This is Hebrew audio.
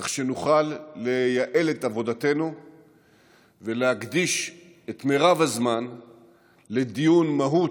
כך שנוכל לייעל את עבודתנו ולהקדיש את מרב הזמן לדיון במהות,